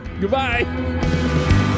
Goodbye